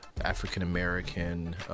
African-American